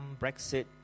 Brexit